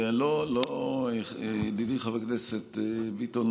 ידידי חבר הכנסת ביטון,